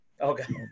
Okay